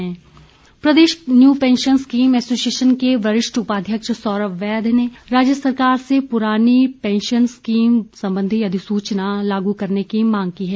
pension प्रदेश new pension scheme association के वरिष्ठ उपाध्यक्ष सौरम वैद्य ने राज्य सरकार से प्रानी पैंशन स्कीम संबंधी अधिसूचना लागू करने की मांग की है